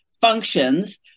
functions